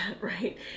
right